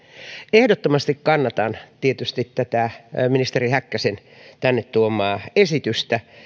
ehdottomasti kannatan tietysti tätä ministeri häkkäsen tänne tuomaa esitystä